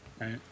Right